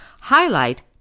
highlight